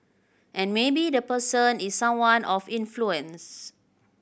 and maybe the person is someone of influence